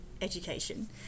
education